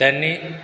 त्यांनी